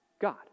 God